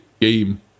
game